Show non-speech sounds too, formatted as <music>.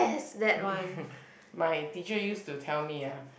<laughs> my teacher used to tell me ah